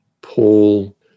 Paul